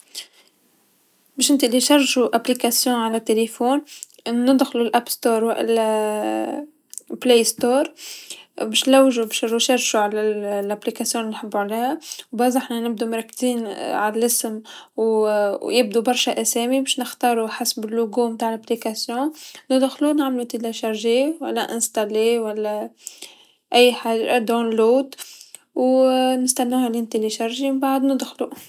باش نحملو تطبيق على التيليفون ندخلو أب ستور و إلا بلاي ستور باش لوجو باش نبحثو على تطبيق لنحبو عليها، بازا حنا نبدو مركزين على لإسم و يبدو برشا أسامي باش نختارو حسب اللوغو نتع التطبيق، ندخلو نعملو تحميل و لا أي حاجه في اللود و نستناها مين تتحمل منبعد ندخلو.